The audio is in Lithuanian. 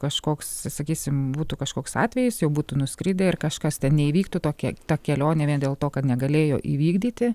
kažkoks sakysim būtų kažkoks atvejis jau būtų nuskridę ir kažkas ten neįvyktų tokia ta kelionė vien dėl to kad negalėjo įvykdyti